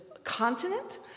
continent